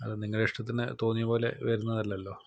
അത് നിങ്ങളുടെ ഇഷ്ടത്തിന് തോന്നിയ പോലെ വരുന്നതല്ലല്ലോ